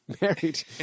married